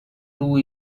two